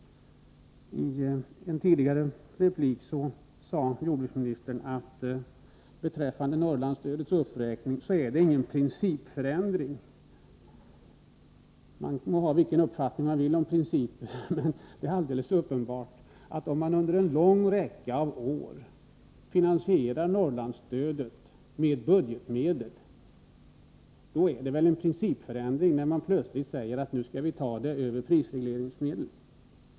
I en tidigare replik sade jordbruksministern att det beträffande Norrlandsstödets uppräkning inte har skett någon principförändring. Man må ha vilken uppfattning man vill om principer, men det är alldeles uppenbart att det, om man under en lång räcka av år har finansierat Norrlandsstödet med budgetmedel, innebär en principförändring att plötsligt säga att vi skall ge stödet via prisregleringsmedel.